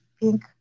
pink